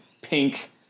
pink